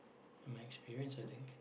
and my experience I think